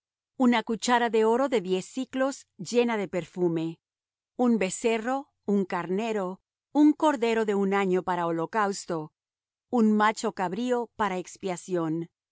una cuchara de oro de diez siclos llena de perfume un becerro un carnero un cordero de un año para holocausto un macho cabrío para expiación